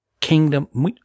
Kingdom